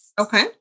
Okay